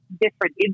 different